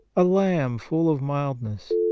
a lamb full of mildness.